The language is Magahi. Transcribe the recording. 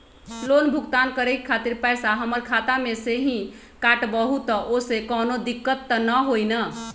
लोन भुगतान करे के खातिर पैसा हमर खाता में से ही काटबहु त ओसे कौनो दिक्कत त न होई न?